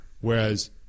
Whereas